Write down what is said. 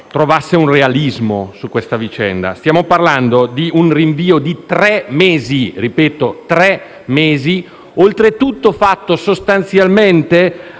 Grazie,